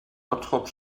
bottrop